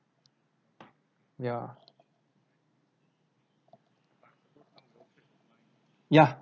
ya ya